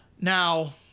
Now